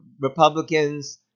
Republicans